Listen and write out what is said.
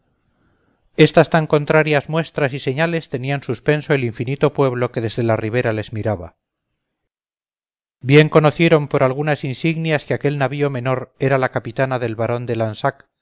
estas tan contrarias muestras y señales tenían suspenso el infinito pueblo que desde la ribera les miraba bien conocieron por algunas insignias que aquel navío menor era la capitana del barón de lansac